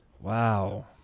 Wow